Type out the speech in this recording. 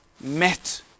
met